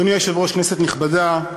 אדוני היושב-ראש, כנסת נכבדה,